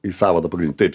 į sąvadą pagrindinį taip